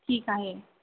ठीक आहे